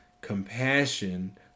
compassion